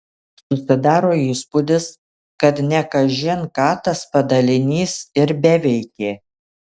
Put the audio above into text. susidaro įspūdis kad ne kažin ką tas padalinys ir beveikė